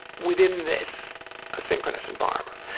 within this ah asynchronous environment.